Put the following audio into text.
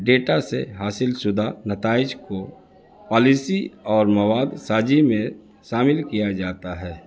data سے حاصل شدہ نتائج کو پالیسی اور مواد ساجی میں شامل کیا جاتا ہے